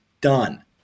done